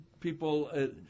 people